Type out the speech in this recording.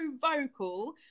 vocal